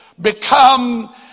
become